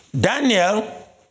Daniel